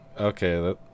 okay